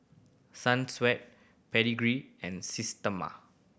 Sunsweet Pedigree and Systema